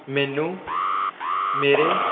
ਮੈਨੂੰ ਮੇਰੇ